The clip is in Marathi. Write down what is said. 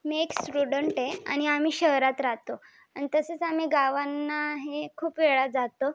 मी एक स्टूडंट आहे आणि आम्ही शहरात राहतो आणि तसेच आम्ही गावांना हे खूप वेळा जातो